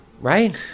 right